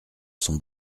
son